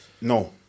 No